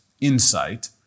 insight